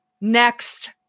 next